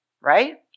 right